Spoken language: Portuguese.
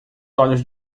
olhos